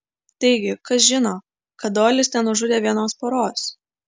taigi kas žino kad doilis nenužudė vienos poros